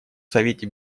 совете